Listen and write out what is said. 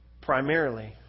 Primarily